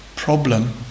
problem